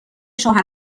شوهر